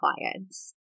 clients